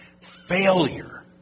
failure